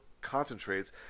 concentrates